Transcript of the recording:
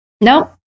Nope